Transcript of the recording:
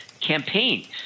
campaign